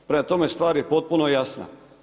Prema tome, stvar je potpuno jasna.